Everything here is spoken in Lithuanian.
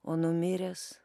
o numiręs